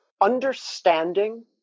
understanding